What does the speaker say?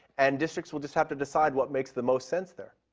and districts will just have to decide what makes the most sense there.